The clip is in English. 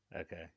Okay